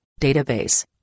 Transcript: database